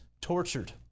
tortured